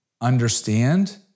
understand